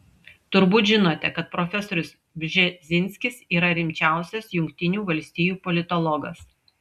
turbūt žinote kad profesorius bžezinskis yra rimčiausias jungtinių valstijų politologas